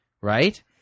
Right